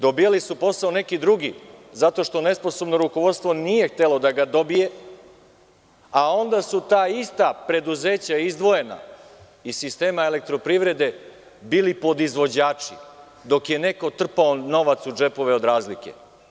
Dobijali su posao neki drugi, zato što nesposobno rukovodstvo nije htelo da ga dobije, a onda su ta ista preduzeća, izdvojena iz sistema elektroprivede, bili podizvođači, dok je neko trpao novac u džepove od razlike.